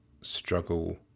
struggle